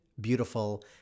Beautiful